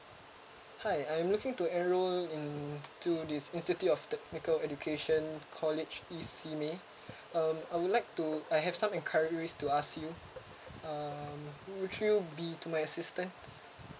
hi I'm looking to enroll into this institute of technical education college east simei um I would like to I have some enquiries to ask you uh would you be to my assistance